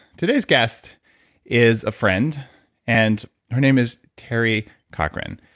today's guest is a friend and her name is teri cochrane.